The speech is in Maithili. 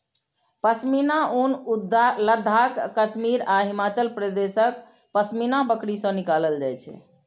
पश्मीना ऊन लद्दाख, कश्मीर आ हिमाचल प्रदेशक पश्मीना बकरी सं निकालल जाइ छै